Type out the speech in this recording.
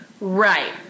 Right